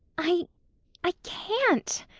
i i can't,